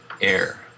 air